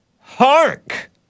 Hark